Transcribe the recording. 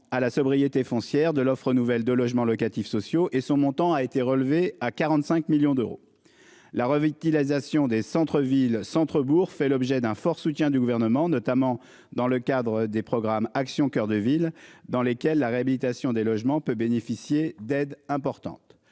à la sobriété foncière de l'offre nouvelle de logements locatifs sociaux et son montant a été relevé à 45 millions d'euros. La revue utilisation des centre-ville centre-bourg fait l'objet d'un fort soutien du gouvernement, notamment dans le cadre des programmes Action coeur de villes dans lesquelles la réhabilitation des logements peut bénéficier d'aides importantes.